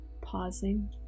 pausing